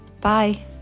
Bye